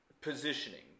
positioning